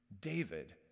David